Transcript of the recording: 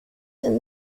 and